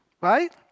right